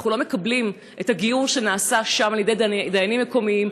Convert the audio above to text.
אנחנו לא מקבלים את הגיור שנעשה שם על ידי דיינים מקומיים,